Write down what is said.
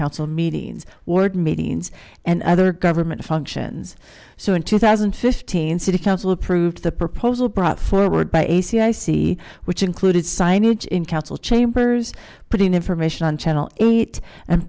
council meetings ward meetings and other government functions so in two thousand and fifteen city council approved the proposal brought forward by a c i see which included signage in council chambers putting information on channel eight and